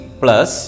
plus